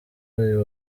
uyu